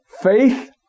Faith